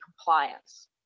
compliance